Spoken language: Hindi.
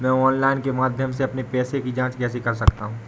मैं ऑनलाइन के माध्यम से अपने पैसे की जाँच कैसे कर सकता हूँ?